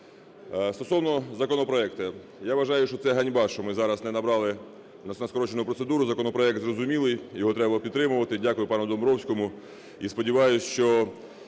Стосовно законопроекту, я вважаю, що це ганьба, що ми зараз не набрали у нас на скорочену процедуру, законопроект зрозумілий, його треба підтримувати. Дякую пану Домбровському. І сподіваюсь, що